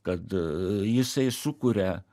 kad jisai sukuria